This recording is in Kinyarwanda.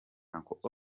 uncle